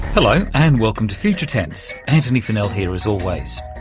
hello and welcome to future tense, antony funnell here as always.